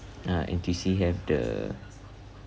uh N_T_U_C have the